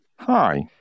Hi